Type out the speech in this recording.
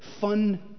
fun